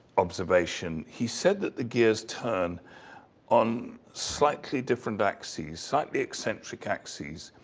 observation, he said that the gears turn on slightly different axes, slightly eccentric axes.